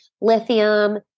lithium